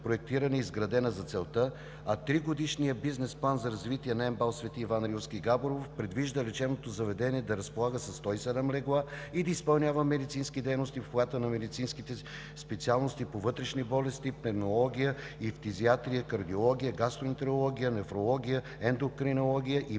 проектирана и изградена за целта, а тригодишният бизнес план за развитие на МБАЛ „Свети Иван Рилски“ – Габрово, предвижда лечебното заведение да разполага със 107 легла и да изпълнява медицински дейности в обхвата на медицинските специалности по вътрешни болести, пневмология и фтизиатрия, кардиология, гастроентерология, нефрология, ендокринология и